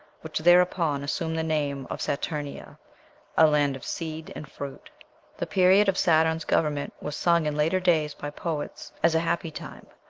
which thereupon assumed the name of saturnia a land of seed and fruit the period of saturn's government was sung in later days by poets as a happy time,